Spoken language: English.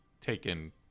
taken